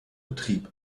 betrieb